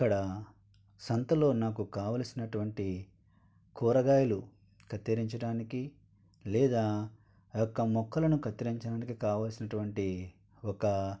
అక్కడ సంతలో నాకు కావలసినటువంటి కూరగాయలు కత్తిరించడానికి లేదా ఆ యొక్క మొక్కలను కత్తిరించడానికి కావాల్సినటువంటి ఒక